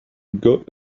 good